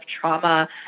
trauma